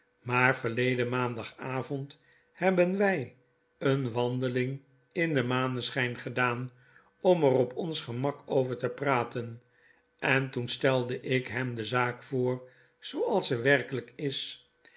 laar verleden maandagavond hebben wij eene wandeling in den maneschyn gedaan om er op ons gemak over te praten en toen stelde ik hem de zaak voor zooals ze werkelijk is